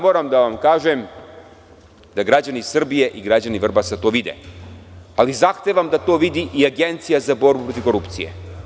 Moram da vam kažem da građani Srbije i građani Vrbasa to vide, ali zahtevam da to vidi i Agencija za borbu protiv korupcije.